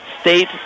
state